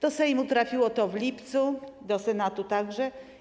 Do Sejmu trafiło to w lipcu, do Senatu także.